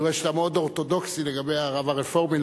אני רואה שאתה מאוד אורתודוקסי לגבי הרב הרפורמי,